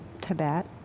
Tibet